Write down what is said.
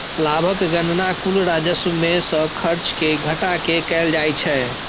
लाभक गणना कुल राजस्व मे सं खर्च कें घटा कें कैल जाइ छै